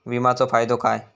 विमाचो फायदो काय?